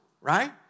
right